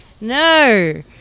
No